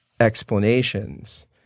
explanations